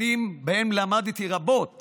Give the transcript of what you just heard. שנים שבהן למדתי רבות